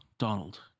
Donald